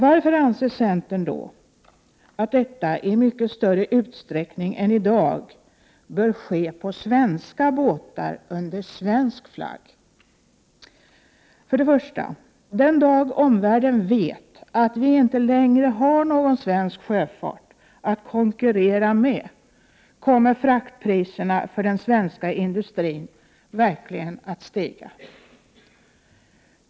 Varför anser då centern att frakten i mycket större utsträckning än i dag — 13 april 1989 bör ske på svenska båtar under svensk flagg? För det första: Den dag omvärlden vet att vi i Sverige inte längre har någon svensk sjöfart som vi kan konkurrera med kommer fraktpriserna för den svenska industrin att verkligen stiga.